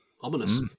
ominous